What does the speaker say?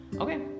okay